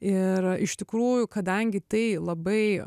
ir iš tikrųjų kadangi tai labai